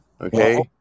Okay